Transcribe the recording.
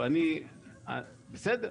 בסדר.